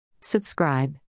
Subscribe